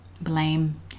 blame